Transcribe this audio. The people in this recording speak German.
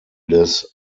des